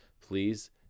Please